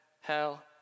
hell